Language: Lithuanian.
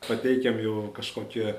pateikiam jau kažkokią